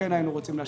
כן היינו רוצים לאשר,